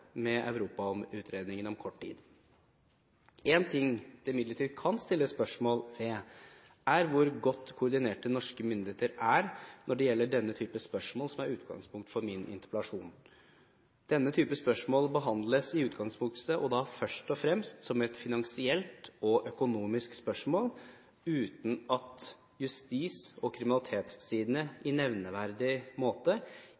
om Europautredningen om kort tid. Én ting det imidlertid kan stilles spørsmål ved, er hvor godt koordinert norske myndigheter er når det gjelder den type spørsmål som er utgangspunktet for min interpellasjon. Denne type spørsmål behandles i utgangspunktet først og fremst som et finansielt og økonomisk spørsmål, uten at justis- og kriminalitetssidene